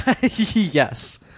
yes